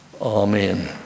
Amen